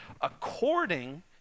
according